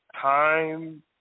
time